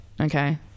okay